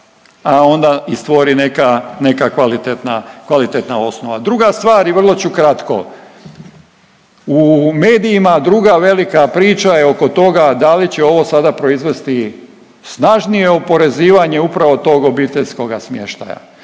a onda i stvori neka kvalitetna, kvalitetna osnova. Druga stvar i vrlo ću kratko. U medijima druga velika priča je oko toga da li će ovo sada proizvesti snažnije oporezivanje upravo tog obiteljskog smještaja.